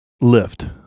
lift